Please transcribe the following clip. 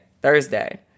Thursday